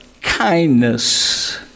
Kindness